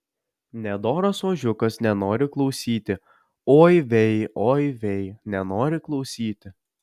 nedoras ožiukas nenori klausyti oi vei oi vei nenori klausyti